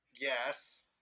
Yes